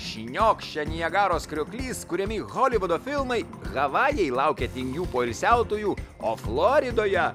šniokščia niagaros krioklys kuriami holivudo filmai havajai laukia tingių poilsiautojų o floridoje